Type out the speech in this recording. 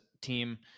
team